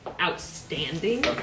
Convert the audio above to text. outstanding